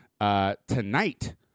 tonight